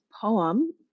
poem